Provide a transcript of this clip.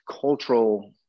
cultural